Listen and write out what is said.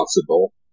possible